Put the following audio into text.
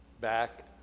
back